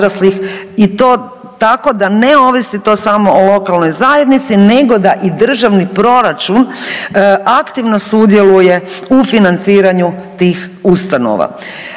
i to, tako da ne ovisi to samo o lokalnoj zajednici nego da i državni proračun aktivno sudjeluje u financiranju tih ustanova.